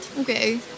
okay